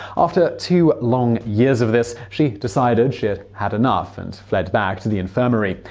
after two long years of this, she decided she'd had enough and fled back to the infirmary.